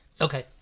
Okay